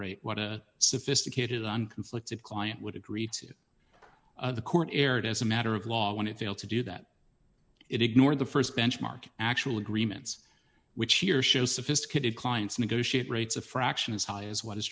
rate sophisticated on conflicts a client would agree to the court erred as a matter of law when it failed to do that it ignored the st benchmark actual agreements which here show sophisticated clients negotiate rates a fraction as high as what is